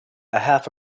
half